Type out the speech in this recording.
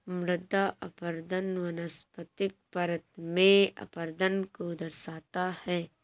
मृदा अपरदन वनस्पतिक परत में अपरदन को दर्शाता है